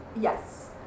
Yes